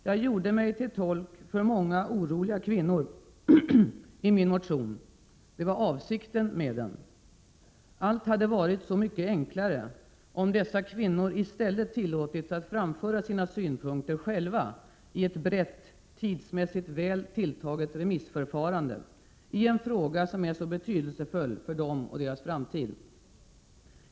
Jag gjorde mig till tolk för många oroliga kvinnor i min motion; det var avsikten med den. Allt hade varit så mycket enklare om dessa kvinnor i stället tillåtits att framföra sina synpunkter själva i ett brett, tidsmässigt väl tilltaget remissförfarande i en fråga som är så betydelsefull för dem och deras framtid.